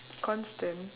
constant